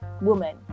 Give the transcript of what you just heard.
woman